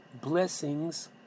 blessings